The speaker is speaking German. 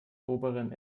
oberen